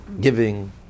giving